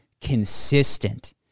consistent